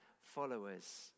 followers